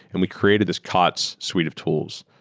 and we created this kots suite of tools,